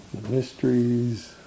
Mysteries